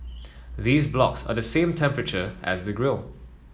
these blocks are the same temperature as the grill